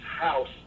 house